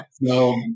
no